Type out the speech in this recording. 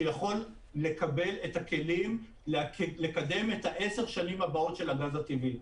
שיכול לקבל את הכלים לקדם את 10 השנים הבאות של הגז הטבעי.